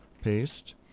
Paste